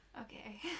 okay